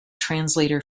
translator